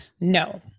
No